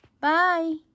bye